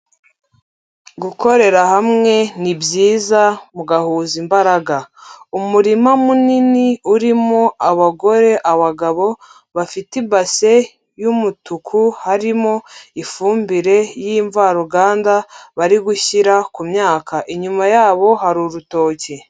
Gukorera hamwe ni byiza mugahuza imbaraga, umurima munini urimo abagore, abagabo, bafite ibase y'umutuku, harimo ifumbire y'imvaruganda bari gushyira ku myaka, inyuma yabo hari urutoki.